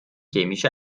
chemische